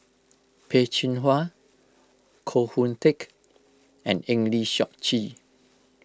Peh Chin Hua Koh Hoon Teck and Eng Lee Seok Chee